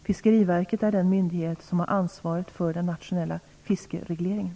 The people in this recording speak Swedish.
Fiskeriverket är den myndighet som har ansvaret för den nationella fiskeregleringen.